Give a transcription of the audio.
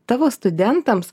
tavo studentams